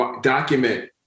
document